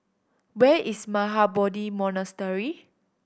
where is Mahabodhi Monastery